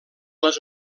les